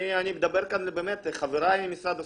אני מדבר כאן אל חבריי במשרד הספורט,